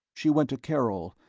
she went to karol,